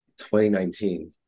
2019